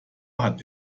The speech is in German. hat